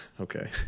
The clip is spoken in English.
Okay